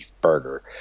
burger